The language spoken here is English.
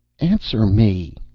answer me!